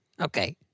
Okay